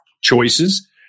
choices